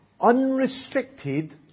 unrestricted